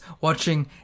watching